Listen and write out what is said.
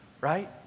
right